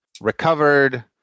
recovered